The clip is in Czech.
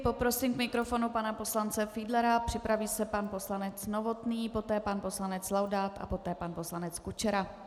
Poprosím k mikrofonu pana poslance Fiedlera, připraví se pan poslanec Novotný, poté pan poslanec Laudát a poté pan poslanec Kučera.